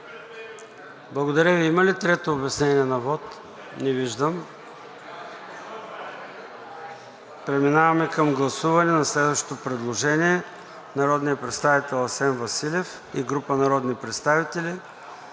Благодаря Ви. Има ли трето обяснение на вот? Не виждам. Преминаваме към гласуване на следващото предложение на народния представител Асен Василев и група народни представители